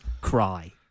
cry